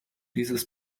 dieses